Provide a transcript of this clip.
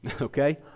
Okay